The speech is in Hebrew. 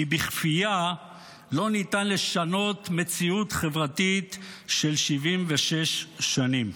כי בכפייה לא ניתן לשנות מציאות חברתית של 76 שנים.